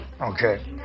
Okay